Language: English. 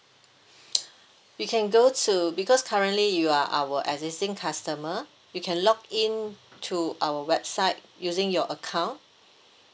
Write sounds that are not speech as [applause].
[noise] you can go to because currently you are our existing customer you can log in to our website using your account